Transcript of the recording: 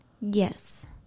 Yes